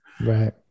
right